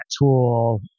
tool